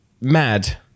mad